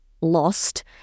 lost